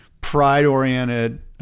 pride-oriented